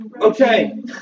Okay